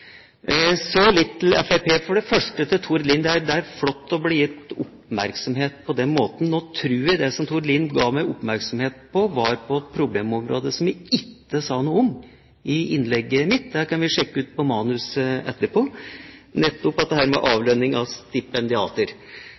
for det første til Tord Lien: Det er flott å bli gitt oppmerksomhet på den måten. Nå tror jeg det Tord Lien ga meg oppmerksomhet for, var et problemområde som jeg ikke sa noe om i innlegget mitt – det kan vi sjekke ut fra manus etterpå – nettopp dette med avlønning av stipendiater.